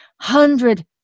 hundred